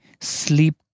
sleep